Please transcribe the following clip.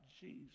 Jesus